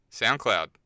SoundCloud